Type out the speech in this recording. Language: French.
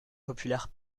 populaire